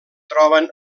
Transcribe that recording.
troben